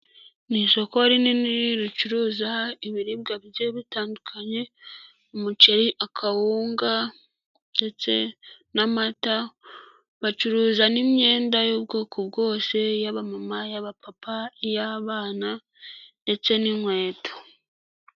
Ni isoko rinini ricuruza ibiribwa bigiye bitandukanye, umuceri, akawunga ndetse n'amata, bacuruza n'imyenda y'ubwoko bwose: iy'abamama, iy'abapapa, iy'abana ndetse n'inkweto.